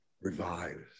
revives